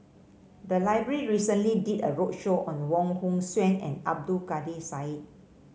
the library recently did a roadshow on Wong Hong Suen and Abdul Kadir Syed